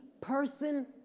person